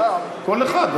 כל אחד.